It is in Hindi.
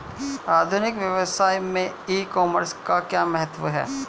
आधुनिक व्यवसाय में ई कॉमर्स का क्या महत्व है?